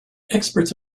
experts